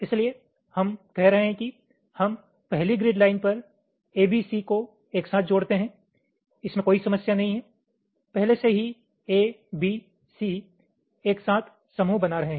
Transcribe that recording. इसलिए हम कह रहे हैं कि हम पहली ग्रिड लाइन पर A B C को एक साथ जोड़ते हैं इसमें कोई समस्या नहीं है पहले से ही A B C एक साथ समूह बना रहे हैं